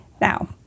Now